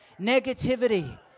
negativity